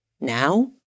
Now